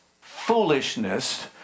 foolishness